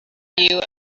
you